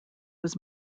was